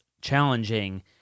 challenging